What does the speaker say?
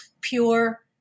pure